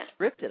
scripted